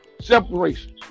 separation